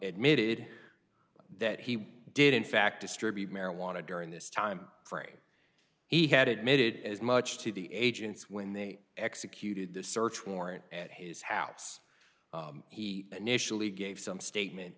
it that he did in fact distribute marijuana during this time frame he had admitted as much to the agents when they executed the search warrant at his house he initially gave some statement